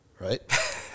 right